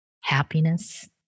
happiness